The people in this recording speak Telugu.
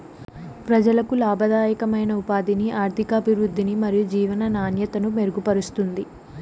ప్రజలకు లాభదాయకమైన ఉపాధిని, ఆర్థికాభివృద్ధిని మరియు జీవన నాణ్యతను మెరుగుపరుస్తుంది